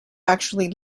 actually